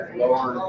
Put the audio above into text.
lower